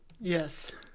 Yes